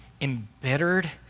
embittered